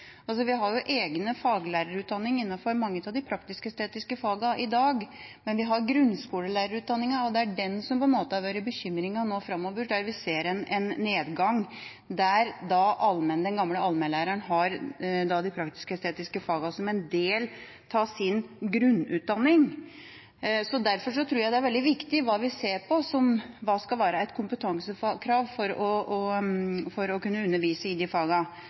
Vi har jo egen faglærerutdanning innenfor mange av de praktisk-estetiske fagene i dag, og så har vi grunnskolelærerutdanninga, og det er den som har vært bekymringa, for der ser vi en nedgang. Den gamle allmennlæreren har de praktisk-estetiske fagene som en del av sin grunnutdanning. Derfor tror jeg det er veldig viktig at vi ser på hva som skal være kompetansekravet for å undervise i de fagene. Skal det være 15 studiepoeng? Skal det være 30 studiepoeng? Skal det være 60 studiepoeng? Hva ønsker vi å